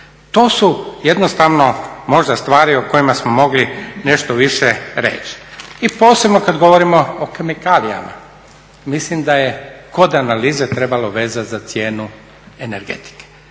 To su jednostavno možda stvari o kojima smo mogli nešto više reći i posebno kada govorimo kemikalijama. Mislim da je kod analize trebalo … za cijenu energetike.